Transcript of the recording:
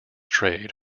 trade